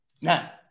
Now